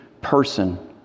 person